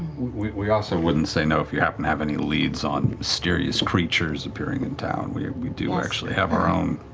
we we also wouldn't say no if you happen to have any leads on mysterious creatures appearing in town. we we do actually have our own